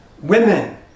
women